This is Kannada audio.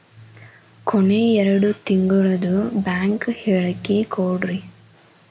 ಕೊನೆ ಎರಡು ತಿಂಗಳದು ಬ್ಯಾಂಕ್ ಹೇಳಕಿ ಕೊಡ್ರಿ